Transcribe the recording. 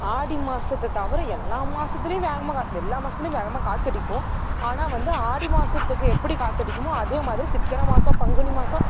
ஆடி மாசத்தை தவிர எல்லா மாசத்துலேயும் வேகமாக எல்லா மாசத்துலேயும் வேகமாக காற்றடிக்கும் ஆனால் வந்து ஆடி மாதத்துக்கு எப்படி காற்றடிக்குமோ அதேமாதிரி சித்திர மாதம் பங்குனி மாதம்